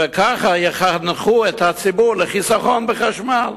וכך יחנכו את הציבור לחיסכון בחשמל.